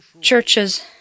churches